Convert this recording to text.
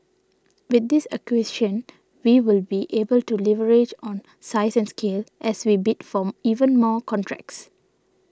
with this acquisition we will be able to leverage on size and scale as we bid for even more contracts